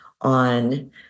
on